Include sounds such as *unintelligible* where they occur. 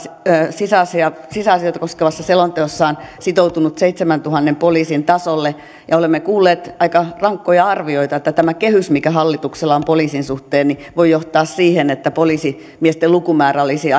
sisäasioita sisäasioita koskevassa selonteossaan sitoutunut seitsemäntuhannen poliisin tasolle ja olemme kuulleet aika rankkoja arvioita että tämä kehys mikä hallituksella on poliisin suhteen voi johtaa siihen että poliisimiesten lukumäärä olisi *unintelligible*